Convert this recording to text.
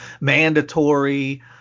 mandatory